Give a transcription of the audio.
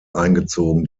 eingezogen